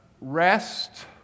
Rest